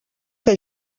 que